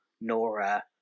Nora